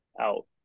out